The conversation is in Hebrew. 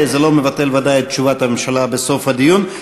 זה ודאי לא מבטל את תשובת הממשלה בסוף הדיון.